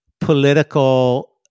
political